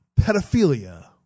pedophilia